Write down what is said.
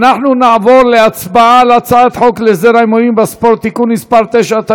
אנחנו נעבור להצבעה על הצעת חוק להסדר ההימורים בספורט (תיקון מס' 9),